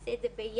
שנעשה את זה ביחד,